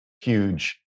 huge